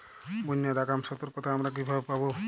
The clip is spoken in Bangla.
বন্যার আগাম সতর্কতা আমরা কিভাবে পাবো?